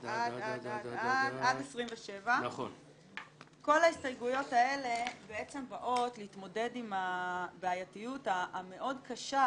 27. כל ההסתייגויות האלה בעצם באות להתמודד עם הבעייתיות המאוד קשה,